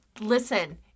listen